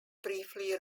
briefly